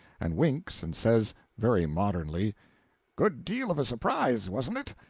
and winks, and says, very modernly good deal of a surprise, wasn't it?